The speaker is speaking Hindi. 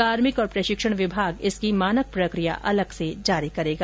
कार्मिक और प्रशिक्षण विभाग इसकी मानक प्रकिया अलग से जारी करेगा